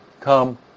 Come